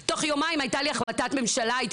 תוך יומיים הייתה לי החלטת ממשלה והייתי